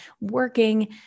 working